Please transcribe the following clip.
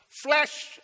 flesh